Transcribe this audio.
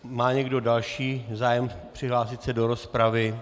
Má někdo další zájem přihlásit se do rozpravy?